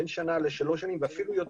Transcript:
בין שנה לשלוש שנים ואפילו יותר,